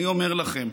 אני אומר לכם,